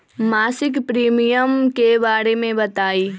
मासिक प्रीमियम के बारे मे बताई?